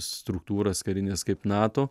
struktūras karines kaip nato